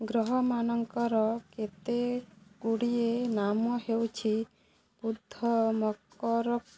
ଗ୍ରହମାନଙ୍କର କେତେ ଗୁଡ଼ିଏ ନାମ ହେଉଛି ବୁଦ୍ଧ ମକର